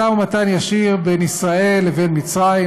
משא-ומתן ישיר בין ישראל לבין מצרים,